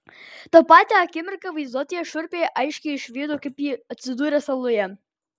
tą pat akimirką vaizduotėje šiurpiai aiškiai išvydau kaip ji atsidūrė saloje